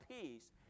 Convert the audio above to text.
peace